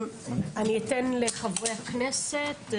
אני אתן לחברי הכנסת,